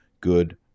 good